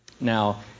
Now